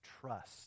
trust